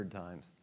times